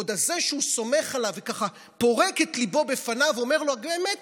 ועוד זה שהוא סומך עליו וככה פורק את ליבו לפניו אומר לו: באמת,